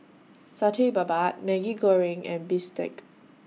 Satay Babat Maggi Goreng and Bistake